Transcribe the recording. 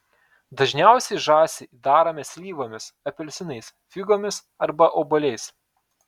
dažniausiai žąsį įdarome slyvomis apelsinais figomis arba obuoliais